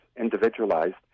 individualized